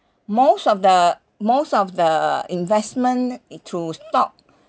most of the most of the investment is through stock